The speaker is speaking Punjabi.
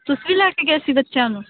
ਤੁਸੀਂ ਲੈ ਕੇ ਗਏ ਸੀ ਬੱਚਿਆਂ ਨੂੰ